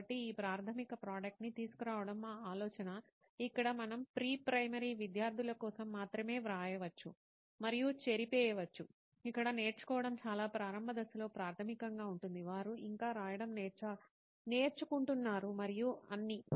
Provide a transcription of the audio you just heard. కాబట్టి ఈ ప్రాథమిక ప్రోడక్ట్ ని తీసుకురావడం మా ఆలోచన ఇక్కడ మనం ప్రీ ప్రైమరీ విద్యార్థుల కోసం మాత్రమే వ్రాయవచ్చు మరియు చెరిపివేయవచ్చు ఇక్కడ నేర్చుకోవడం చాలా ప్రారంభ దశలో ప్రాథమికంగా ఉంటుంది వారు ఇంకా రాయడం నేర్చుకుంటున్నారు మరియు అన్నీ